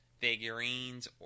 figurines